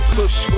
push